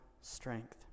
strength